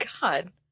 god